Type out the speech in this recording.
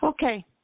Okay